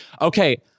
Okay